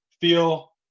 feel